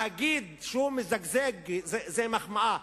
להגיד שהוא מזגזג זאת מחמאה.